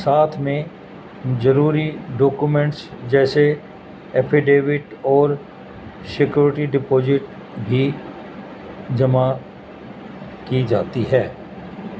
ساتھ میں ضروری ڈاکومینٹس جیسے ایفیڈیوٹ اور سیکیورٹی ڈپوزٹ بھی جمع کی جاتی ہے